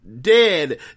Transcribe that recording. dead